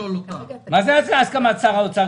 מה זה הסכמת שר האוצר?